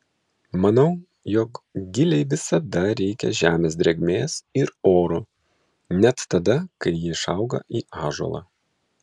manau jog gilei visada reikia žemės drėgmės ir oro net tada kai ji išauga į ąžuolą